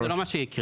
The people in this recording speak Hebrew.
זה לא מה שיקרה.